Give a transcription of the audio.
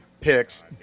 picks